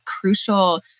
crucial